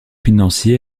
financier